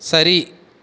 சரி